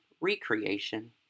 recreation